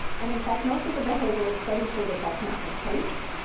and, in fact, most of the behavioral studies say that that's not the case.